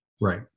Right